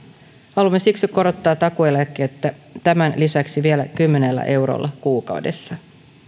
haluamme siksi korottaa takuueläkettä tämän lisäksi vielä kymmenellä eurolla kuukaudessa